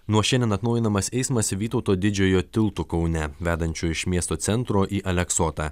nuo šiandien atnaujinamas eismas vytauto didžiojo tiltu kaune vedančiu iš miesto centro į aleksotą